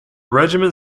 regiment